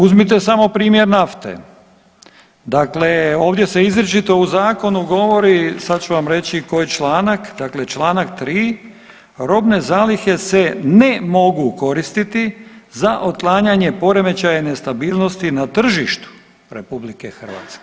Uzmite samo primjer nafte, dakle ovdje se izričito u zakonu govori, sad ću vam reći koji članak, dakle čl. 3., robne zalihe se ne mogu koristiti za otklanjanje poremećaja nestabilnosti na tržištu RH.